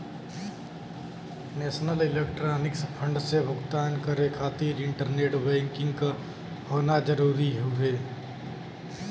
national electronics fund से भुगतान करे खातिर इंटरनेट बैंकिंग क होना जरुरी हउवे